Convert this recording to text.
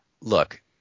Look